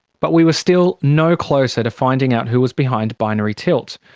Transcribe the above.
but we were still no closer to finding out who was behind binary tilt.